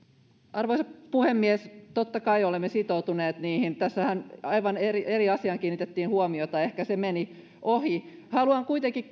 arvoisa puhemies totta kai olemme sitoutuneet niihin tässähän aivan eri eri asiaan kiinnitettiin huomiota ehkä se meni ohi haluan kuitenkin